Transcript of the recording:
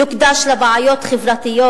יוקדש לבעיות חברתיות,